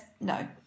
no